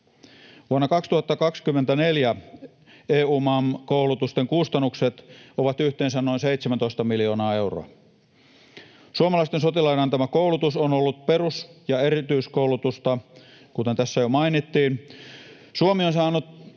Vuonna 2024 EUMAM-koulutusten kustannukset ovat yhteensä noin 17 miljoonaa euroa. Suomalaisten sotilaiden antama koulutus on ollut perus- ja erityiskoulutusta, kuten tässä jo mainittiin.